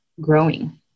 growing